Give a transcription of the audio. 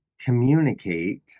communicate